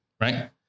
Right